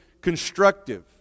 constructive